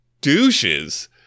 douches